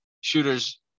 shooters